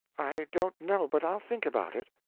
i don't know but i'll think about it.